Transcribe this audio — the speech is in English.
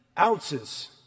ounces